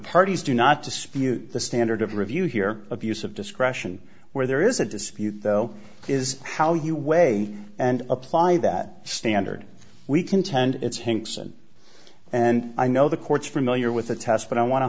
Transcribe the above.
parties do not dispute the standard of review here abuse of discretion where there is a dispute though is how you weigh and apply that standard we contend it's hinkson and i know the courts for milieu are with the test but i want to